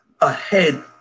ahead